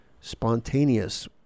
spontaneous